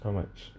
how much